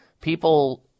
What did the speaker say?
people